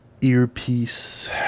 earpiece